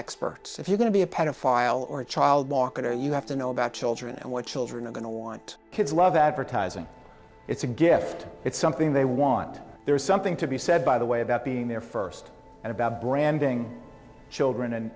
experts if you're going to be a pedophile or a child walker you have to know about children and what children are going to want kids love advertising it's a gift it's something they want there's something to be said by the way about being their first and about branding children and